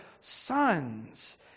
sons